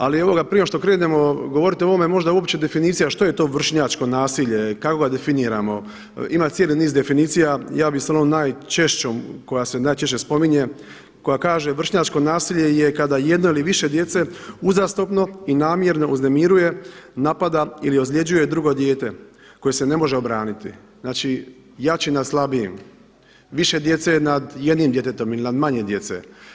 Ali evo ga, prije nego što krenemo govoriti o ovome možda uopće definicija što je to vršnjačko nasilje, kako ga definiramo, ima cijeli niz definicija, ja bih sa onom najčešćom, koja se najčešće spominje koja kaže: „Vršnjačko nasilje je kada jedno ili više djece uzastopno i namjerno uznemiruje, napada ili ozljeđuje drugo dijete koje se ne može obraniti.“, znači jači nad slabijim, više djece nad jednim djetetom ili nad manje djece.